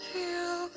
Feel